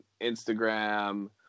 Instagram